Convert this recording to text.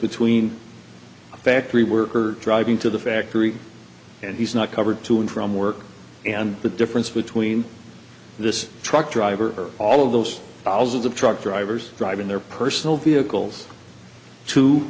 between a factory worker driving to the factory and he's not covered to and from work and the difference between this truck driver all of those thousands of truck drivers driving their personal vehicles to